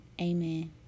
amen